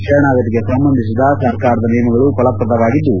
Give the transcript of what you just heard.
ಶರಣಾಗತಿಗೆ ಸಂಬಂಧಿಸಿದ ಸರ್ಕಾರದ ನಿಯಮಗಳು ಫಲಶ್ರದವಾಗಿದ್ದು